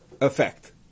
effect